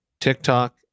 TikTok